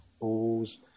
balls